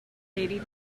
eighty